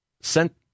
sent